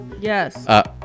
Yes